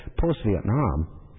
post-Vietnam